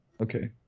Okay